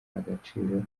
agaciro